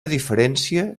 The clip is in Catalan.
diferència